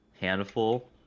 handful